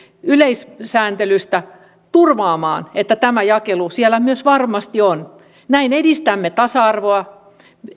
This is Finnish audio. yleissääntelystä turvaamaan että tämä jakelu siellä myös varmasti on näin edistämme tasa arvoa